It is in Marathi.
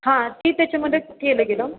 हां ते त्याच्यामध्ये केलं गेलं